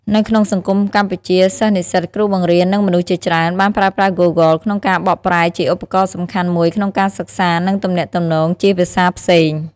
នៅក្នុងសង្គមកម្ពុជា សិស្សនិស្សិត គ្រូបង្រៀន និងមនុស្សជាច្រើន បានប្រើប្រាស់ Googleក្នុងការបកប្រែ ជាឧបករណ៍សំខាន់មួយក្នុងការសិក្សា និងទំនាក់ទំនងជាភាសាផ្សេង។